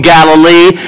Galilee